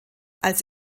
als